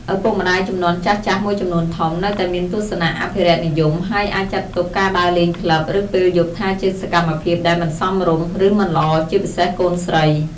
ឪពុកម្តាយជំនាន់ចាស់ៗមួយចំនួនធំ នៅតែមានទស្សនៈ អភិរក្សនិយម ហើយអាចចាត់ទុកការដើរលេងក្លឹប ឬពេលយប់ថាជាសកម្មភាពដែល មិនសមរម្យ ឬ មិនល្អ ជាពិសេសកូនស្រី ។